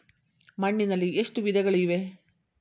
ಮಣ್ಣಿನಲ್ಲಿ ಎಷ್ಟು ವಿಧಗಳಿವೆ?